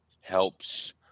helps